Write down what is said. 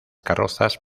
carrozas